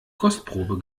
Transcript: kostprobe